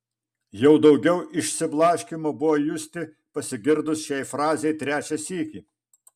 jau daugiau išsiblaškymo buvo justi pasigirdus šiai frazei trečią sykį